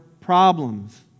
problems